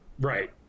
right